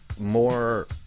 more